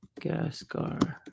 Gascar